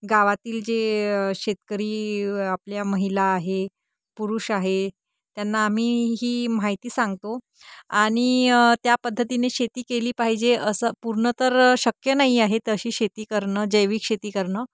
गावातील जे शेतकरी आपल्या महिला आहे पुरुष आहे त्यांना आम्ही ही माहिती सांगतो आणि त्या पद्धतीने शेती केली पाहिजे असं पूर्ण तर शक्य नाही आहे तशी शेती करणं जैविक शेती करणं